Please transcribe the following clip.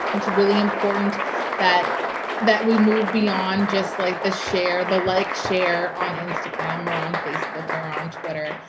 it's really important that that we move beyond just, like, the share, the like share on instagram or on facebook or on twitter,